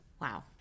Wow